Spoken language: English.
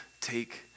take